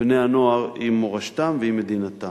בני-הנוער עם מורשתם ועם מדינתם.